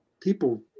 people